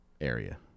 area